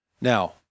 Now